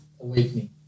awakening